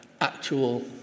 actual